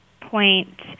point